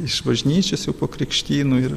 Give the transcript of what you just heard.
iš bažnyčios jau po krikštynų ir